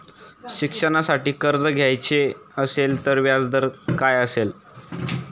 शिक्षणासाठी कर्ज घ्यायचे असेल तर व्याजदर काय असेल?